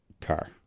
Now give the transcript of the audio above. car